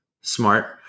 Smart